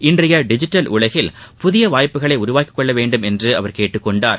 இன்றைய டிஜிட்டல் உலகில் புதிய வாய்ப்புக்களை உருவாக்கிக் கொள்ள வேண்டுமென்று அவர் கேட்டுக் கொண்டார்